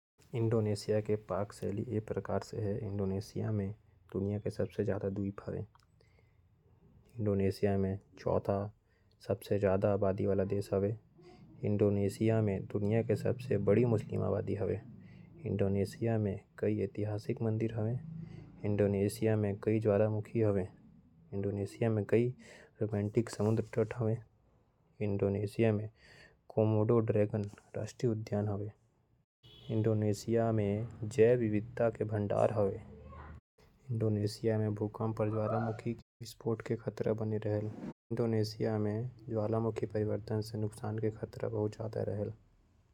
इंडोनेशिया के पाक शैली ये प्रकार से है। इंडोनेशिया दक्षिण पूर्व एशिया और ओशिनिया में स्थित एक विशाल देश है। यह दुनिया का चौथा सबसे ज़्यादा आबादी वाला देश है। इंडोनेशिया में द्वीप हैं इसकी राजधानी जकार्ता है इंडोनेशिया के बारे में कुछ खास बातें। इंडोनेशिया में इस्लाम सबसे बड़ा धर्म है। इंडोनेशिया की आधिकारिक भाषा इंडोनेशियाई है। यह मलय भाषा की एक मानक प्रयुक्ति है। इंडोनेशिया में तरह सो से ज़्यादा जातीय समूह हैं। इंडोनेशिया में टिन सोना और तेल जैसे प्राकृतिक संसाधन हैं। इंडोनेशिया की संस्कृति दुनिया की सबसे विविध संस्कृतियों में से एक है। इंडोनेशिया की आधिकारिक मुद्रा रुपिया है। इंडोनेशिया के पड़ोसी देश ये हैं पापुआ न्यू गिनी पूर्वी Timor. Malaysia, Singapore, Philippines, Australia. और भारत का अंडमान और निकोबार द्वीप समूह।